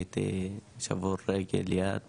היה לי שבור הרגל והיד